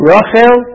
Rachel